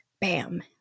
Bam